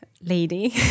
lady